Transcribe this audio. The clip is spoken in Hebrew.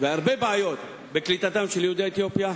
הרבה בעיות בקליטתם של יהודי אתיופיה,